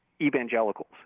evangelicals